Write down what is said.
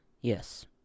Yes